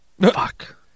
Fuck